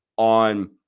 on